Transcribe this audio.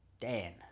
Dan